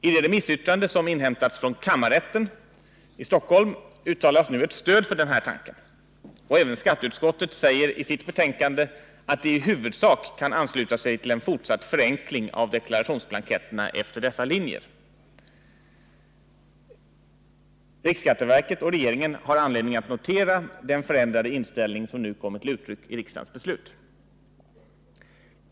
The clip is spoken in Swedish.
I det remissyttrande som inhämtats från kammarrätten i Stockholm uttalas nu ett stöd för denna tanke, och även skatteutskottet säger i sitt betänkande att det i huvudsak kan ansluta sig till en fortsatt förenkling av deklarationsblanketterna efter dessa linjer. Riksskatteverket och regeringen har anledning att notera den förändrade inställning som nu kommer till uttryck i riksdagens beslut.